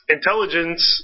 Intelligence